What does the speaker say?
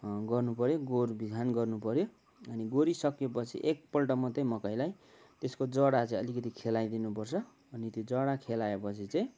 गर्नु पऱ्यो गोड बिहान गर्नु पऱ्यो अनि गोडिसकेपछि एकपल्ट मात्रै मकैलाई त्यसको जरा चाहिँ अलिकति खेलाइदिनु पर्छ अनि त्यो जरा खेलाएपछि चाहिँ